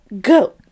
go